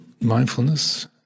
mindfulness